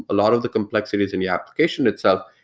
a lot of the complexities in the application itself,